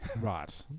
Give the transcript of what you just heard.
Right